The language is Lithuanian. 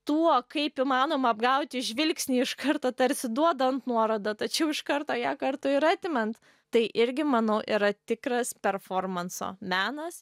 tuo kaip įmanoma apgauti žvilgsnį iš karto tarsi duodant nuorodą tačiau iš karto ją kartu ir atimant tai irgi manau yra tikras performanso menas